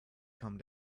come